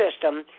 system